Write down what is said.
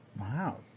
Wow